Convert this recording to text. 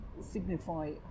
signify